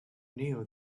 knew